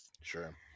Sure